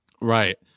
Right